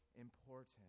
important